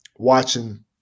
watching